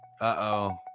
Uh-oh